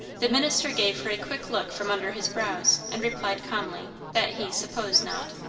the minister gave her a quick look from under his brows, and replied calmly that he supposed not.